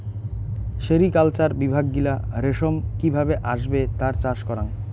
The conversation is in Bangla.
সেরিকালচার বিভাগ গিলা রেশম কি ভাবে আসবে তার চাষ করাং